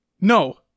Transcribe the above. no